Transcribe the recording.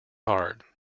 hard